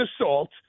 assault